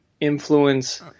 influence